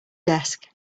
desk